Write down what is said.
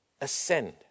ascend